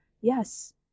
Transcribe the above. yes